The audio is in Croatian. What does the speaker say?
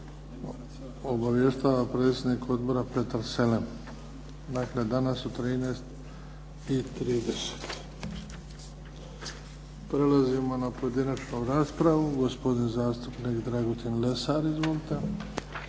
Obavještava predsjednik odbora Petar Selem. Dakle danas u 13 i 30. Prelazimo na pojedinačnu raspravu. Gospodin zastupnik Dragutin Lesar. Izvolite.